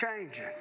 changing